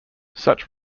such